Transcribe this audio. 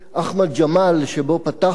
אחמד ג'מאל, שבו פתחנו,